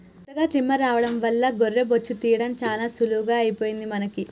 కొత్తగా ట్రిమ్మర్ రావడం వల్ల గొర్రె బొచ్చు తీయడం చాలా సులువుగా అయిపోయింది మనకి